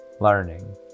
learning